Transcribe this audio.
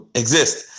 exist